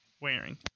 wearing